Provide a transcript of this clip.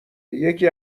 یکی